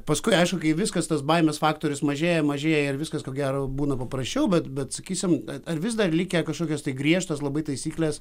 paskui aišku kai viskas tas baimės faktorius mažėja mažėja ir viskas ko gero būna paprasčiau bet bet sakysim ar vis dar likę kažkokios tai griežtos labai taisyklės